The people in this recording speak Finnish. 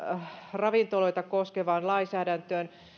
ravintoloita koskevaan lainsäädäntöön